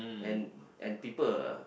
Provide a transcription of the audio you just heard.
and and people